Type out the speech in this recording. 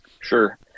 Sure